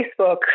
Facebook